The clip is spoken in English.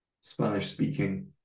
Spanish-speaking